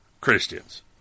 Christians